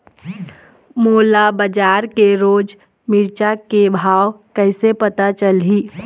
मोला बजार के रोज के मिरचा के भाव कइसे पता चलही?